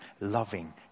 loving